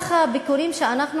אז הגיע הזמן שחברי מרצ יבינו שמה שהם